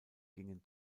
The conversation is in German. gingen